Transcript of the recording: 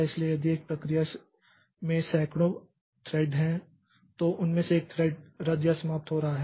इसलिए यदि एक प्रक्रिया में सैकड़ों थ्रेड हैं तो उनमें से एक थ्रेड रद्द या समाप्त हो रहा है